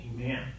Amen